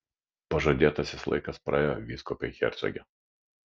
pažadėtasis laikas praėjo vyskupe hercoge